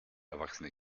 erwachsene